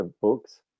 books